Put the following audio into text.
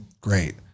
Great